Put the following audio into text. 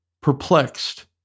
perplexed